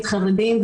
חרדים,